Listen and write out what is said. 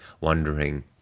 wondering